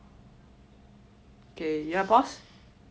K you want to pause